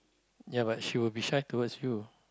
ya but she will be shy towards you